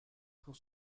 pour